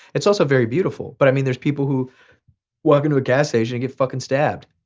it's also very beautiful but i mean there's people who walk into a gas station and get fucking stabbed.